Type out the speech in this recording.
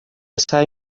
سعی